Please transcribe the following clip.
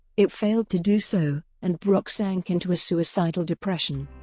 it failed to do so, and brock sank into a suicidal depression.